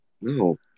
No